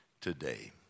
today